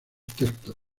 textos